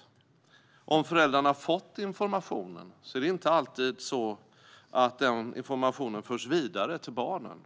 Även om föräldrarna fått information är det inte alltid så att denna information förs vidare till barnen.